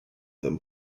them